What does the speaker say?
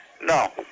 No